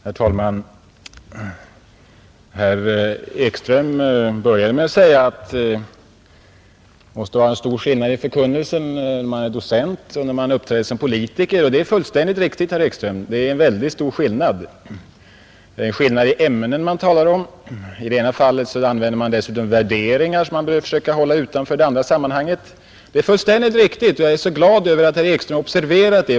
Herr talman! Herr Ekström började med att säga att det måste vara en stor skillnad i förkunnelsen när man är docent och när man uppträder som politiker, och det är fullständigt riktigt, herr Ekström. Det är en väldigt stor skillnad mellan ämnena man talar om, och i det ena fallet använder man dessutom värderingar som man bör försöka hålla utanför det andra sammanhanget. Jag är så glad över att herr Ekström har observerat det.